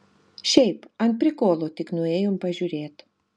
šiaip ant prikolo tik nuėjom pažiūrėt